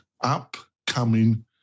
upcoming